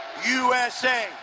usa!